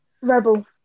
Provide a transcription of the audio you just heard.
Rebel